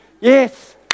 Yes